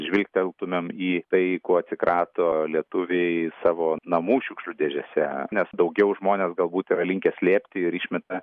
žvilgteltumėm į tai kuo atsikrato lietuviai savo namų šiukšlių dėžėse nes daugiau žmonės galbūt yra linkę slėpti ir išmeta